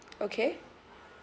okay